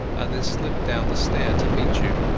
and then slipped down the stair to meet you.